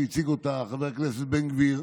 שהציג חבר הכנסת בן גביר,